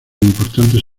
importantes